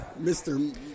Mr